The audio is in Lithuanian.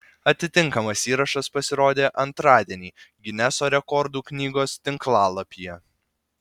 atitinkamas įrašas pasirodė antradienį gineso rekordų knygos tinklalapyje